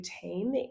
team